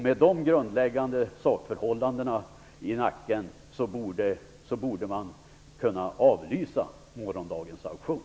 Med dessa sakförhållanden som grund borde man kunna avlysa morgondagens auktion.